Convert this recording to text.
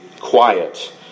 quiet